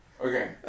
Okay